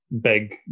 big